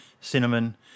Cinnamon